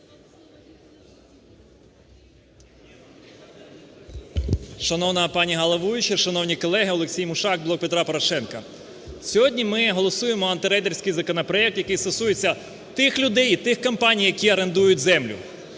Шановна пані головуюча, шановні колеги! Олексій Мушак, "Блок Петра Порошенка". Сьогодні ми голосуємо антирейдерський законопроект, який стосується тих людей і тих компаній, які орендують землю.